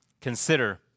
Consider